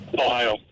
Ohio